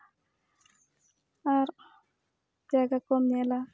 ᱟᱨ ᱡᱟᱭᱜᱟ ᱠᱚᱢ ᱧᱮᱞᱟ